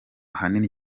hanini